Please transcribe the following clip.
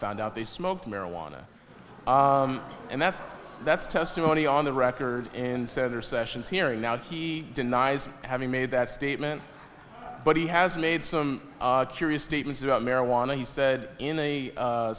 found out they smoked marijuana and that's that's testimony on the record in senator sessions hearing now he denies having made that statement but he has made some curious statements about marijuana he said in a